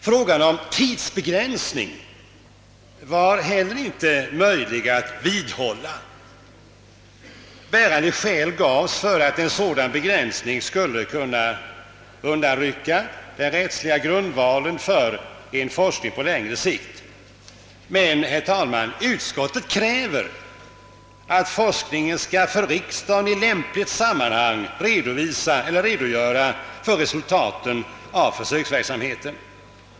Tanken på tidsbegränsning var heller inte möjlig att vidhålla. Bärande skäl gavs för att en sådan begränsning skulle kunna undanrycka den rättsliga grundvalen för en forskning på längre sikt. Men, herr talman, utskottet kräver att forskningen skall för riksdagen i lämpligt sammanhang redogöra för resultaten av försöksverksamheten.